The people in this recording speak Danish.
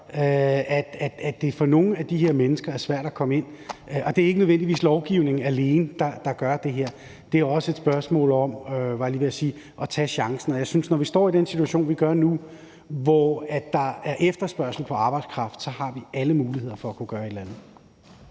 at det for nogle af de her mennesker er svært at komme ind – og det er ikke nødvendigvis lovgivning alene, der gør det her; det er også et spørgsmål om, var jeg lige ved at sige, at tage chancen. Og jeg synes, at når vi står i den situation, vi gør nu, hvor der er efterspørgsel på arbejdskraft, så har vi alle muligheder for at kunne gøre et eller andet.